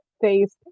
face